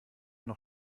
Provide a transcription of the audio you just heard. noch